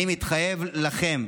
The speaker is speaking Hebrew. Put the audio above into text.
אני מתחייב לכם,